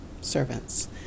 servants